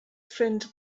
ffrind